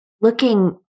looking